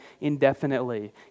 indefinitely